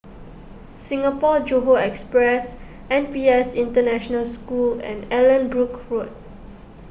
Singapore Johore Express N P S International School and Allanbrooke Road